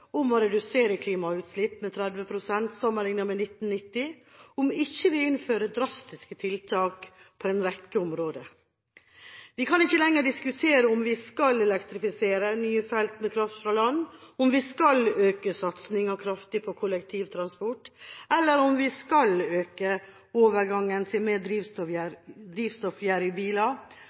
om å redusere klimagassutslipp med 30 pst. sammenlignet med 1990, om vi ikke innfører drastiske tiltak på en rekke områder. Vi kan ikke lenger diskutere om vi skal elektrifisere nye felt med kraft fra land, om vi skal øke satsinga kraftig på kollektivtransport, eller om vi skal øke overgangen til mer drivstoffgjerrige biler